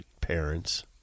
parents